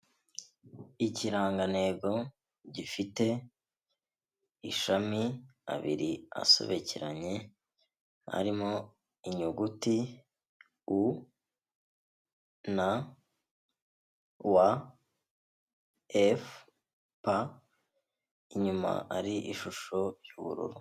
Ikirangantego gifite ishami, abiri asobekeranye arimo inyuguti U, N, W, F, P, inyuma hari ishusho y'ubururu.